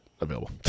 available